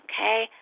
Okay